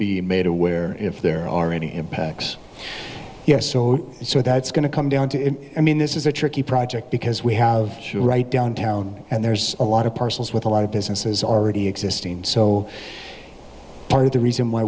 be made aware if there are any impacts yes so that's going to come down to i mean this is a tricky project because we have right downtown and there's a lot of parcels with a lot of businesses already existing and so part of the reason why